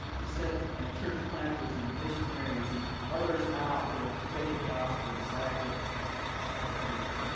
to send and church planters and missionaries and others out to to take the gospel and disciple disciple people.